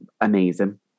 amazing